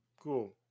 cool